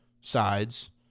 sides